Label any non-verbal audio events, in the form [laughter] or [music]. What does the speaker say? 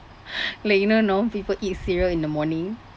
[breath] like you know normal people eat cereal in the morning